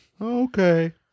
Okay